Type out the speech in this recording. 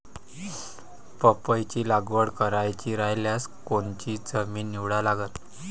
पपईची लागवड करायची रायल्यास कोनची जमीन निवडा लागन?